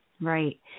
right